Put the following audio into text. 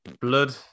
Blood